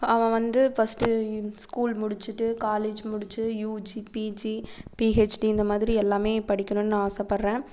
அவன் வந்து first school முடிச்சுட்டு காலேஜ் முடிச்சு யுஜி பிஜி பிஹெச்டி இந்த மாதிரி எல்லாம் படிக்கணும்னு நான் ஆசைப்பட்றன்